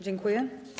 Dziękuję.